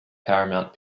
paramount